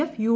F U